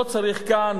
לא צריך כאן,